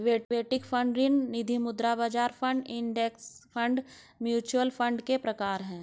equity fund ऋण निधिमुद्रा बाजार fund index fund mutual fund के प्रकार हैं